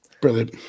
Brilliant